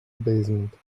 basement